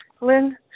Lynn